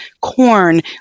corn